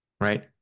right